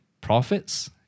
profits